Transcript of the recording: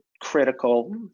critical